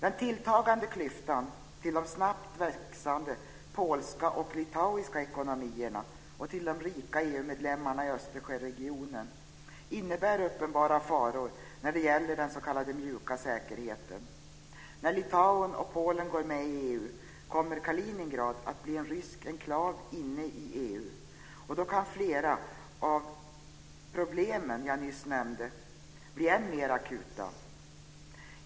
Den tilltagande klyftan till de snabbt växande polska och litauiska ekonomierna och till de rika EU medlemmarna i Östersjöregionen innebär uppenbara faror när det gäller den s.k. mjuka säkerheten. När Litauen och Polen går med i EU kommer Kaliningrad att bli en rysk enklav inne i EU, och då kan flera av de problem som jag nyss nämnde bli än mer akuta.